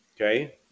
Okay